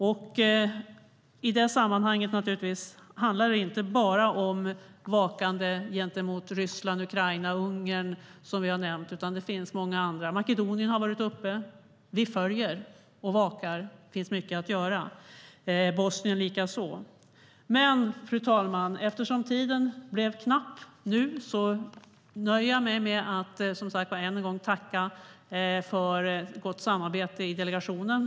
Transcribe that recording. Och i det sammanhanget handlar det inte bara om att bevaka Ryssland, Ukraina och Ungern. Det gäller också många andra länder, till exempel Makedonien och Bosnien. Vi följer utvecklingen och vakar över den. Här finns mycket att göra. Fru talman! Eftersom tiden är knapp nöjer jag mig med att än en gång tacka för ett gott samarbete i delegationen.